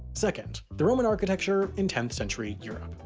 second, the roman architecture in tenth century europe.